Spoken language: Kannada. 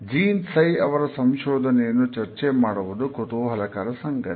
ಜೀನ್ ತ್ಸೈ ಅವರ ಸಂಶೋಧನೆಯನ್ನು ಚರ್ಚೆ ಮಾಡುವುದು ಕುತೂಹಲಕರ ಸಂಗತಿ